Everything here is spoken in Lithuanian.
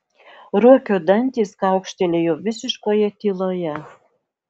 ruokio dantys kaukštelėjo visiškoje tyloje